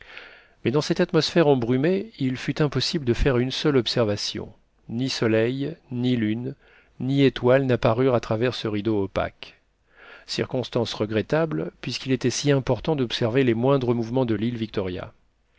mais dans cette atmosphère embrumée il fut impossible de faire une seule observation ni soleil ni lune ni étoile n'apparurent à travers ce rideau opaque circonstance regrettable puisqu'il était si important d'observer les moindres mouvements de l'île victoria